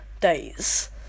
days